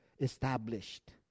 established